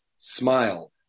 smile